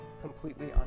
completely